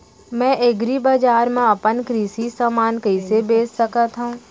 मैं एग्रीबजार मा अपन कृषि समान कइसे बेच सकत हव?